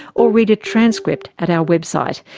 or read a transcript at our website.